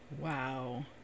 Wow